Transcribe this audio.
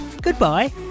goodbye